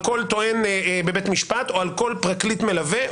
כל טוען בבית משפט או על כל פרקליט מלווה,